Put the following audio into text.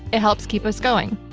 it helps keep us going.